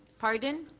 pardon?